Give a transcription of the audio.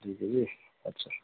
दुई केजी अच्छा